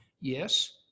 Yes